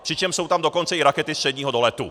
Přičemž jsou tam dokonce i rakety středního doletu.